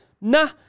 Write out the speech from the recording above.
nah